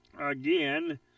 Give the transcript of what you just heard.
Again